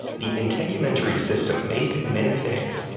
the integumentary system may be many things,